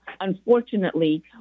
Unfortunately